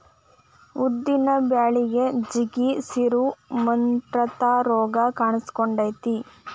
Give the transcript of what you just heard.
ಉದ್ದಿನ ಬಳಿಗೆ ಜಿಗಿ, ಸಿರು, ಮುಟ್ರಂತಾ ರೋಗ ಕಾನ್ಸಕೊತೈತಿ